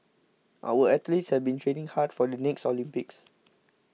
our athletes have been training hard for the next Olympics